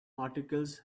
articles